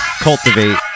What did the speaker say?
Cultivate